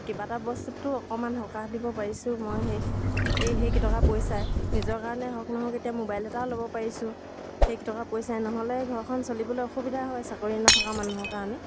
কিবা এটা বস্তুটো অকণমান সকাহ দিব পাৰিছোঁ মই সেই এই সেইকেইটকা পইচাৰে নিজৰ কাৰণে হওক নহওক এতিয়া মোবাইল এটাও ল'ব পাৰিছোঁ সেইকেইটকা পইচাইৰে নহ'লে ঘৰখন চলিবলৈ অসুবিধা হয় চাকৰি নথকা মানুহৰ কাৰণে